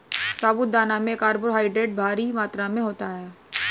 साबूदाना में कार्बोहायड्रेट भारी मात्रा में होता है